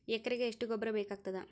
ಎಕರೆಗ ಎಷ್ಟು ಗೊಬ್ಬರ ಬೇಕಾಗತಾದ?